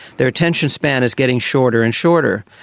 their attention span is getting shorter and shorter,